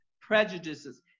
prejudices